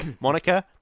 Monica